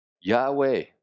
yahweh